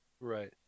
right